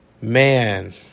Man